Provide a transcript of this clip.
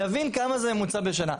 יבין כמה זה בממוצע בשנה.